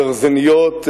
גרזניות,